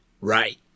right